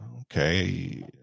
okay